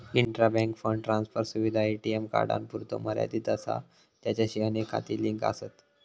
intra bank fund transfer सुविधा ATM कार्डांपुरतो मर्यादित असा ज्याचाशी अनेक खाती लिंक आसत